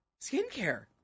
Skincare